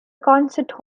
concert